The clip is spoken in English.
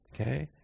Okay